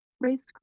race